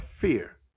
fear